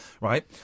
right